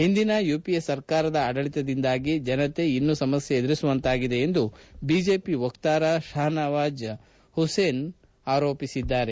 ಹಿಂದಿನ ಯುಪಿಎ ಸರ್ಕಾರದ ಆಡಳಿತದಿಂದಾಗಿ ಜನತೆ ಇನ್ನು ಸಮಸ್ಥೆ ಎದುರಿಸುವಂತಾಗಿದೆ ಎಂದು ಬಿಜೆಪಿ ವಕ್ತಾರ ಶಹನವಾಜ್ ಹುಸೇನ್ ಹೇಳಿದ್ದಾರೆ